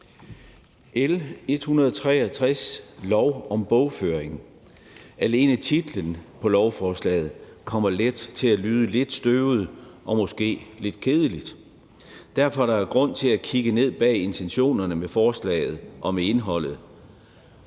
L 163, lov om bogføring – alene titlen på lovforslaget kommer let til at lyde lidt støvet og måske lidt kedelig. Derfor er der grund til at kigge ned bag intentionerne med forslaget og med indholdet.